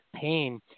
pain